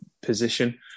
position